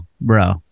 bro